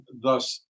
thus